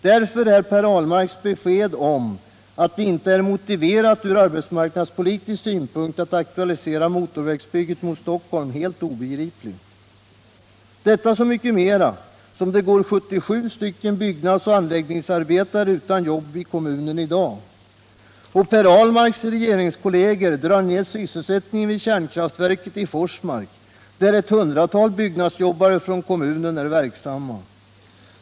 Därför är Per Ahlmarks besked om att det inte är motiverat från arbetsmarknadspolitisk synpunkt att aktualisera bygget av motorväg mot Stockholm helt obe gripligt, detta så mycket mera som det går 77 byggnadsoch anläggningsarbetare utan arbete i kommunen i dag. Och Per Ahlmarks regeringskolleger drar ned sysselsättningen vid kärnkraftverket Forsmark, där ett hundratal byggnadsjobbare från kommunen är verksamma.